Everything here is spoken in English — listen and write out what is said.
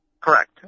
Correct